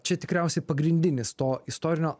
čia tikriausiai pagrindinis to istorinio